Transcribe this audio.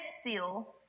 seal